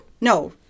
No